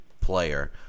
player